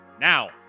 now